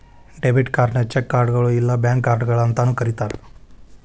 debit ಕಾರ್ಡ್ನ check ಕಾರ್ಡ್ಗಳು ಇಲ್ಲಾ ಬ್ಯಾಂಕ್ ಕಾರ್ಡ್ಗಳ ಅಂತಾನೂ ಕರಿತಾರ